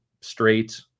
straight